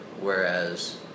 whereas